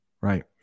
right